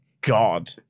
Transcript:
God